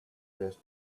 just